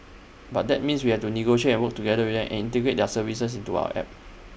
but that means we have to negotiate and work together with them and integrate their services into our app